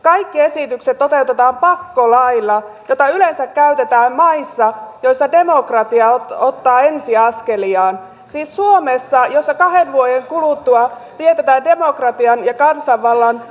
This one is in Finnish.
kaikki esitykset toteutetaan pakkolailla jota yleensä käytetään maissa joissa demokratia ottaa ensiaskeliaan siis suomessa jossa kahden vuoden kuluttua vietetään demokratian ja kansanvallan satavuotisjuhlaa